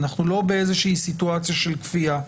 אנחנו לא בסיטואציה של כפייה.